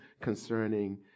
concerning